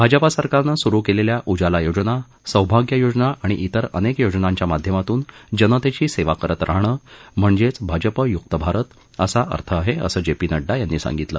भाजपा सरकारनं सुरू केलेल्या उजाला योजना सौभाग्य योजना आणि इतर अनेक योजनांच्या माध्यमातून जनतेची सेवा करत राहणं म्हणजेच भाजपयुक्त भारत असा अर्थ आहे असं जे पी नड्डा यांनी सांगितलं